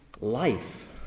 life